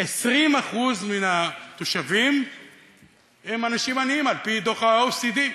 20% מן התושבים הם אנשים עניים, על-פי דוח ה-OECD.